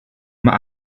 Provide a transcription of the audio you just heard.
mae